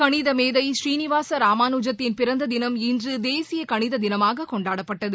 கணித மேதை ஸ்ரீளிவாச ராமானுஐத்தின் பிறந்த தினம் இன்று தேசிய கணித தினமாக கொண்டாடப்பட்டது